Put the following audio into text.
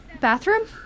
Bathroom